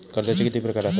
कर्जाचे किती प्रकार असात?